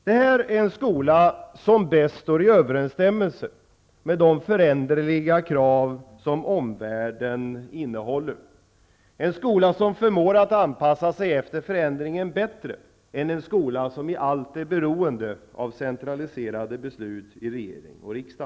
Det här är en skola som bäst överensstämmer med de föränderliga krav som omvärlden innehåller -- en skola som förmår att anpassa sig till förändringen bättre än den skola förmår göra som i allt är beroende av centraliserade beslut i regering och riksdag.